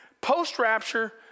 post-rapture